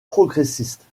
progressistes